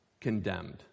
condemned